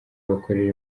bakorera